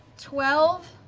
twelve?